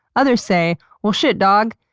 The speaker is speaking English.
others say, well shit, dawg,